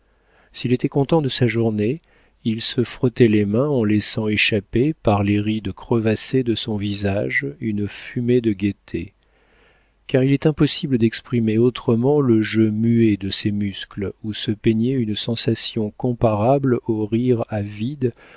s'il était content de sa journée il se frottait les mains en laissant échapper par les rides crevassées de son visage une fumée de gaieté car il est impossible d'exprimer autrement le jeu muet de ses muscles où se peignait une sensation comparable au rire à vide